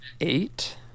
eight